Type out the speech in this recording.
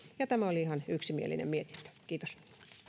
ja tämä oli ihan yksimielinen mietintö kiitos